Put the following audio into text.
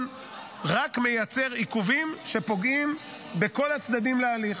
רק מייצר עיכובים שפוגעים בכל הצדדים להליך.